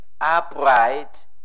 upright